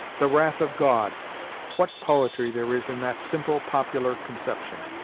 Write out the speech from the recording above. the wrath of god what poetry there is in that simple popular conception!